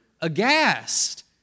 aghast